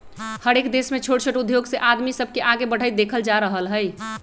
हरएक देश में छोट छोट उद्धोग से आदमी सब के आगे बढ़ईत देखल जा रहल हई